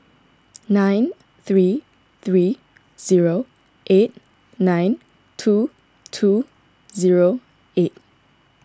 nine three three zero eight nine two two zero eight